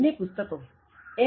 બન્ને પુસ્તકો એમ